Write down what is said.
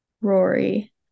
Rory